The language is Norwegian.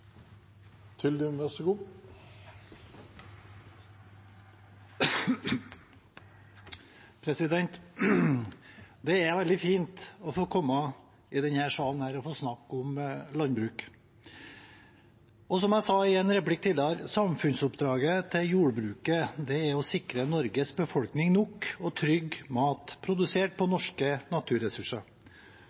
veldig fint å få komme til denne salen og snakke om landbruk. Som jeg sa i en replikk tidligere: Samfunnsoppdraget til jordbruket er å sikre Norges befolkning nok og trygg mat, produsert på norske naturressurser.